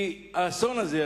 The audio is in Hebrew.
כי האסון הזה,